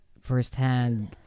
firsthand